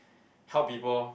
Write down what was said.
help people